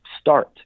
start